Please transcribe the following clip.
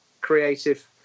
creative